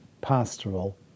pastoral